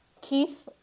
Keith